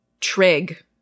Trig